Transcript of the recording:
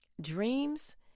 dreams